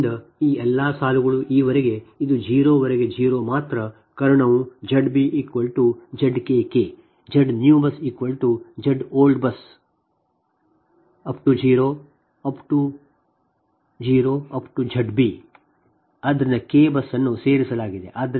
ಆದ್ದರಿಂದ ಈ ಎಲ್ಲಾ ಸಾಲುಗಳು ಈ ವರೆಗೆ ಇದು 0 ವರೆಗೆ 0 ಮಾತ್ರ ಕರ್ಣವು ZbZkk ZBUSNEWZBUSOLD 0 ⋱ 0 Zb ಆದ್ದರಿಂದ k ನ ಬಸ್ ಅನ್ನು ಸೇರಿಸಲಾಗಿದೆ